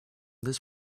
this